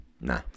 Nah